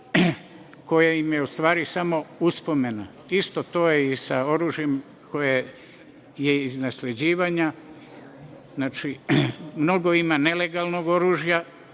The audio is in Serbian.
koje im je, u stvari, samo uspomena. Isto to je i sa oružjem koje je iz nasleđivanja. Znači, mnogo ima nelegalnog oružja